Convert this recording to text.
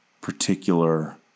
particular